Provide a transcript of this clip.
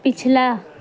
پچھلا